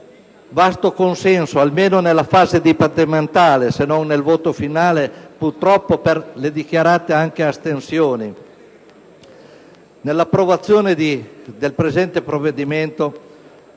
vasto consenso, almeno nella fase dibattimentale, se non nel voto finale - purtroppo - per le annunciate astensioni,